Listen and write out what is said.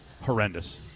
horrendous